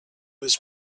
was